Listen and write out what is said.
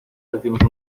hicimos